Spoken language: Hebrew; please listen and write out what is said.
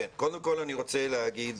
קודם כול אני רוצה להגיד